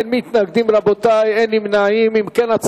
(כשירות קאדי מד'הב), התש"ע